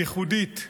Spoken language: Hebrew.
ייחודית,